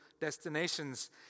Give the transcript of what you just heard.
destinations